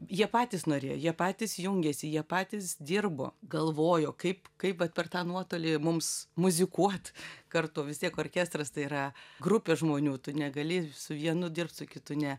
jie patys norėjo jie patys jungėsi jie patys dirbo galvojo kaip kaip per tą nuotolį mums muzikuoti kartu vis tiek orkestras tai yra grupė žmonių tu negali su vienu dirbti su kitu ne